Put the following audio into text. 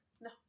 No